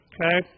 Okay